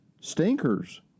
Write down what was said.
stinkers